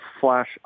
Flash